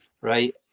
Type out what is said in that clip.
right